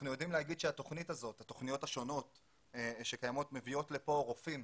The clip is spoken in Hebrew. אנחנו יודעים שהתוכניות השונות שקיימות מביאות לכאן רופאים,